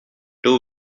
two